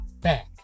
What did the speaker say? back